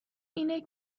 اینه